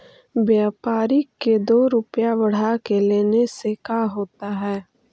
व्यापारिक के दो रूपया बढ़ा के लेने से का होता है?